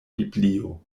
biblio